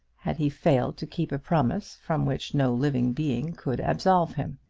had he failed to keep a promise from which no living being could absolve him.